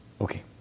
Okay